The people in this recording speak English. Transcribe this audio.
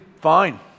fine